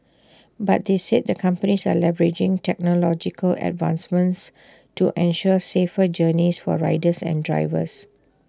but they said the companies are leveraging technological advancements to ensure safer journeys for riders and drivers